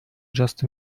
just